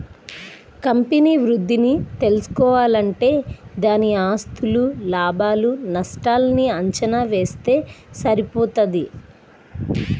company వృద్ధిని తెల్సుకోవాలంటే దాని ఆస్తులు, లాభాలు నష్టాల్ని అంచనా వేస్తె సరిపోతది